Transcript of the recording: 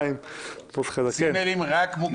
שנה בטוחה.